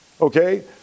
okay